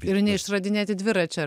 ir neišradinėti dviračio